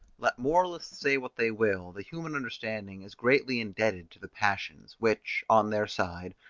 let moralists say what they will, the human understanding is greatly indebted to the passions, which, on their side,